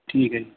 ਠੀਕ ਹੈ ਜੀ